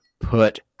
put